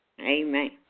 Amen